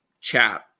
chat